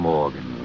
Morgan